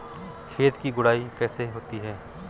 खेत की गुड़ाई कैसे होती हैं?